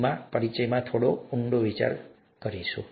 હવે મને આ પરિચયમાં જ થોડો ઊંડો વિચાર કરવા દો